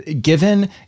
given